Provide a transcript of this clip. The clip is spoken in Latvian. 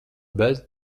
bez